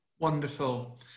wonderful